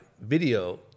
video